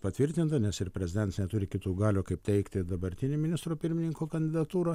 patvirtinta nes ir prezidentas neturi kitų galių kaip teikti dabartinį ministro pirmininko kandidatūrą